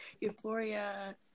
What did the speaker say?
Euphoria